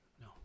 No